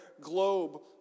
globe